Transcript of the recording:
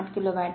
8 kilo watt